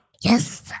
Yes